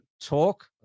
talk